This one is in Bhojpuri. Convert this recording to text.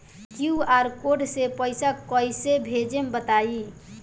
क्यू.आर कोड से पईसा कईसे भेजब बताई?